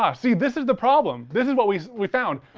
um see this is the problem. this is what we we found.